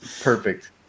Perfect